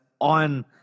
on